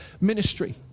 ministry